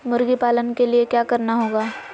मुर्गी पालन के लिए क्या करना होगा?